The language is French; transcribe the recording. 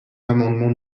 l’amendement